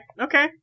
Okay